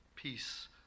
Peace